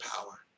power